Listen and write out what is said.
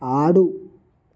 ఆడు